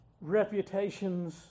reputations